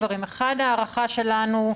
ההערכה שלנו,